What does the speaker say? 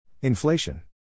Inflation